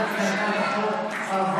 פיקוח אלקטרוני על אדם שהוצא כנגדו צו הגנה),